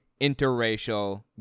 interracial